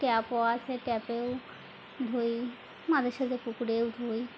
ট্যাপও আছে ট্যাপেও ধুই মাঝেসাঝে পুকুরেও ধুই